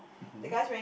mmhmm